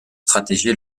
stratégie